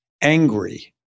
angry